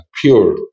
pure